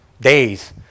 days